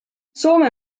soome